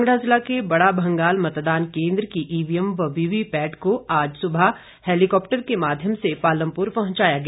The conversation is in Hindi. कांगड़ा जिला के बड़ा भंगाल मतदान केंद्र की ईवीएम व वीवीपैट को आज सुबह हेलीकॉप्टर के माध्यम से पालमपुर पहुंचाया गया